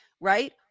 right